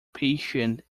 patient